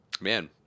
Man